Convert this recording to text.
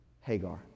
Hagar